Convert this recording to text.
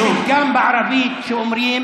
יש פתגם בערבית שאומר: